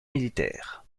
militaire